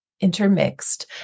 intermixed